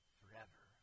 forever